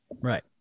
Right